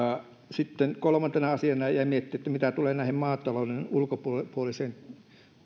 sitten kolmantena asiana jäin miettimään sitä mitä tulee näihin maatalouden ulkopuolisiin